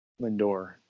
Lindor